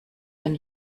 dann